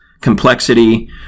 complexity